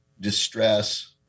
distress